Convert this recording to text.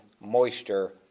moisture